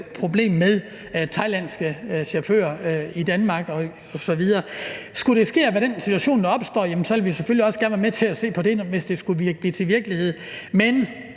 problem med thailandske chauffører i Danmark osv. Skulle det ske, at det er den situation, der opstår, så vil vi selvfølgelig også gerne være med til at se på det, altså hvis det skulle blive til virkelighed. Men